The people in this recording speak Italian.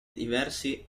diversi